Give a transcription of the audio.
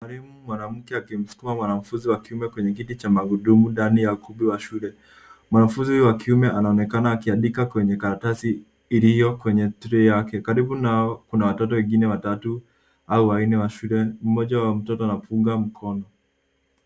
Mwalimu mwanamke akimsukuma mwanafunzi wa kiume kwenye kiti cha magurudumu ndani ya ukumbi wa shule. Mwanafunzi huyo wa kiume anaonekana akiandika kwenye karatasi iliyo kwenye trey yake. Karibu nao kuna watoto wengine watatu au wanne wa shule. Mmoja wa mtoto anampunga mkono.